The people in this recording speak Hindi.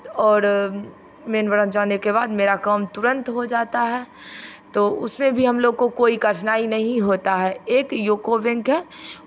और मेन ब्रांच जाने के बाद मेरा काम तुरंत हो जाता है तो उसमें भी हमलोग को कोई कठिनाई नहीं होता है एक यूको बैंक है